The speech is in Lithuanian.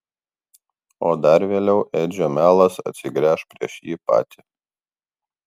o dar vėliau edžio melas atsigręš prieš jį patį